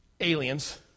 aliens